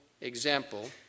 example